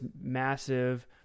massive